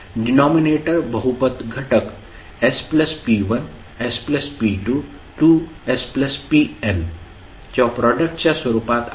denominator बहुपद घटक sp1sp2spn च्या प्रॉडक्ट्सच्या स्वरूपात आहे